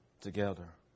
together